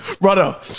brother